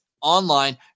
online